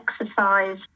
exercise